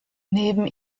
neben